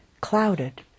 clouded